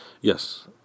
yes